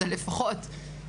בסופו של דבר,